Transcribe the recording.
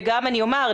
וגם אני אומר,